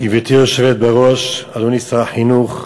גברתי היושבת בראש, אדוני שר החינוך,